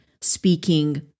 speaking